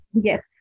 Yes